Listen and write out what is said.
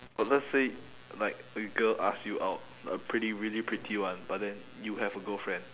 uh let's say a girl ask you out a pretty really pretty one but then you have a girlfriend